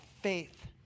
faith